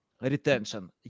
retention